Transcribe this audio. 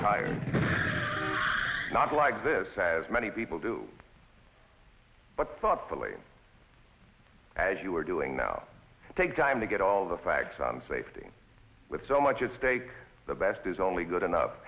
tires not like this as many people do but thoughtfully as you are doing now take time to get all the facts on safety with so much at stake the best is only good enough